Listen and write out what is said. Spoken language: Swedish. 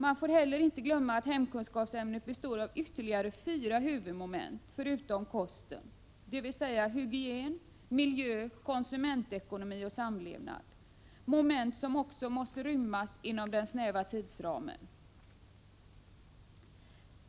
Man får inte heller glömma att hemkunskapsämnet består av ytterligare fyra huvudmoment förutom kosten, dvs. hygien, miljö, konsumentekonomi och samlevnad, moment som också måste rymmas inom den snäva tidsramen.